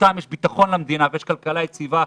שבזכותם יש ביטחון למדינה ויש כלכלה יציבה,